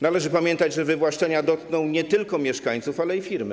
Należy pamiętać, że wywłaszczenia dotkną nie tylko mieszkańców, ale i firm.